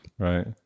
right